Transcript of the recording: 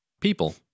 people